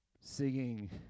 singing